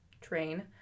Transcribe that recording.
train